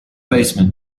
baseman